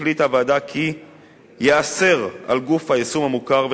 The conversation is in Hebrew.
החליטה הוועדה כי ייאסר על גוף היישום המוכר,